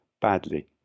badly